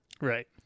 Right